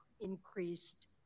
increased